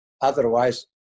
otherwise